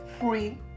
free